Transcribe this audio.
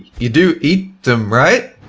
you do eat them, right?